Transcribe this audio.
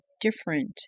different